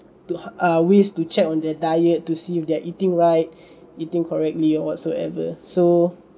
to ha~ ah ways to check on their diet to see if they're eating right eating correctly or whatsoever so